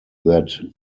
that